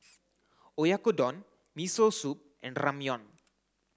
Oyakodon Miso Soup and Ramyeon